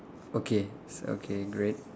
okay s~ okay great